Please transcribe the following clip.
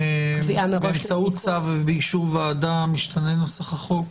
שבאמצעות צו באישור ועדה משתנה נוסח החוק.